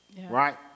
right